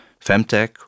Femtech